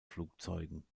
flugzeugen